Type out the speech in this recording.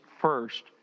first